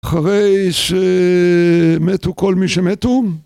אחרי שמתו כל מי שמתו